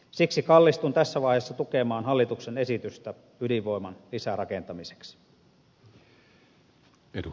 siksi kallistun tässä vaiheessa tukemaan hallituksen esitystä ydinvoiman lisärakentamisesta